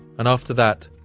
and after that,